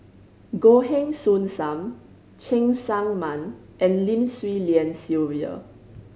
Goh Heng Soon Sam Cheng Tsang Man and Lim Swee Lian Sylvia